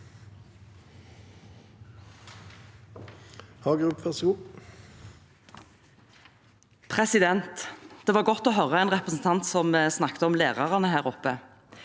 Det var godt å høre en representant som snakket om lærerne her oppe.